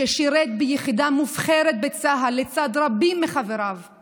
ששירת ביחידה מובחרת בצה"ל לצד רבים מחבריו הוא